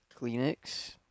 Kleenex